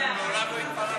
מעולם לא התפרעת.